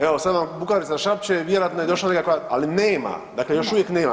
Evo sad vam Bukarica šapće vjerojatno je došlo nekakva, ali nema, dakle još uvijek nema.